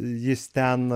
jis ten